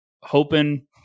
hoping